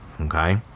Okay